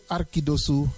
Arkidosu